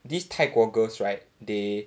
these 泰国 girls right they